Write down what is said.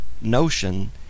notion